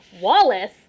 Wallace